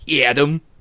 Adam